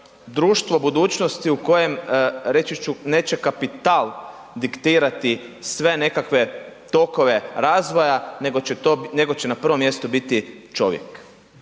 društvo budućnosti reći ću, neće kapital diktirati sve nekakve tokove rokove razvoja nego će na prvom mjestu biti čovjek?